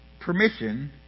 permission